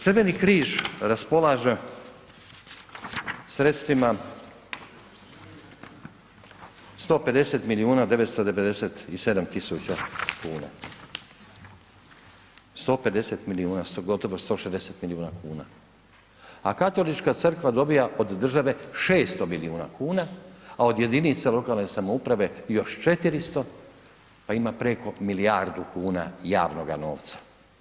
Crveni križ raspolaže sredstvima 150 milijuna 997 tisuća kuna, 150 milijuna, gotovo 160 milijuna kuna, a Katolička crkva dobiva od države 600 milijuna kuna, a od jedinica lokalne samouprave još 400, pa ima preko milijardu kuna javnoga novca.